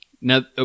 Now